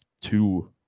two